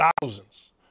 thousands